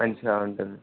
మంచిగా ఉంటుంది